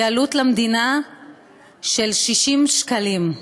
העלות למדינה היא 60 שקלים,